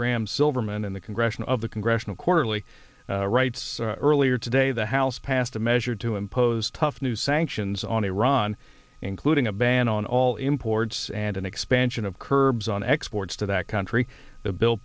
graham silverman in the congressional of the congressional quarterly writes earlier today the house passed a measure to impose tough new sanctions on iran including a ban on all imports and an expansion of curbs on exports to that country the bill